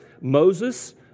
Moses